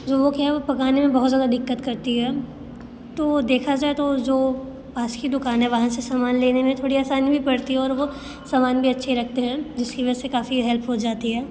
जो वो क्या है वो पकाने में बहुत ज़्यादा दिक्कत करती है तो देखा जाए तो जो पास की दुकान है वहाँ से सामान लेने में थोड़ी आसानी भी पड़ती है और वो सामान भी अच्छा रखते हैं जिसकी वजह से काफ़ी हेल्प हो जाती है